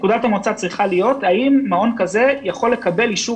נקודת המוצא היא האם מעון כזה צריך לקבל אישור